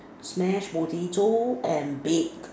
mash potato and bake